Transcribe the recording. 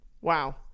Wow